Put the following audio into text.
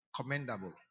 commendable